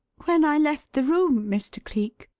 when i left the room, mr. cleek.